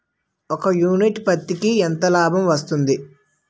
ఒక యూనిట్ పత్తికి ఎంత లాభం వస్తుంది?